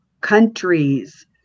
countries